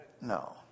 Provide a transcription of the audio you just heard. No